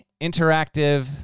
interactive